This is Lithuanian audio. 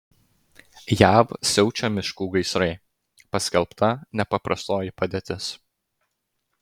jav siaučia miškų gaisrai paskelbta nepaprastoji padėtis